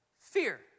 fear